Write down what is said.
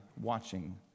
watching